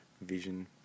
vision